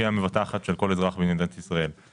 שהיא המבטחת של כל אזרח במדינת ישראל,